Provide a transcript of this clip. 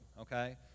okay